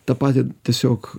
tą patį tiesiog